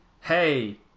hey